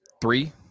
three